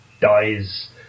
dies